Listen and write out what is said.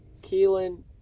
Keelan